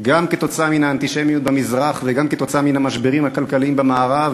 גם עקב האנטישמיות במזרח וגם עקב המשברים הכלכליים במערב,